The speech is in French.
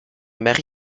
mary